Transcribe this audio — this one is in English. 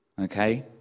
Okay